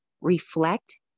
reflect